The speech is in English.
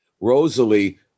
Rosalie